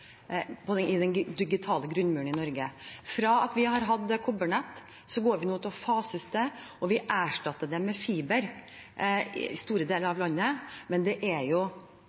i den digitale grunnmuren i Norge. Fra vi har hatt kobbernett, går vi nå til å fase ut det, og vi erstatter det med fiber i store deler av landet. Men det er jo